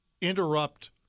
interrupt